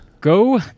go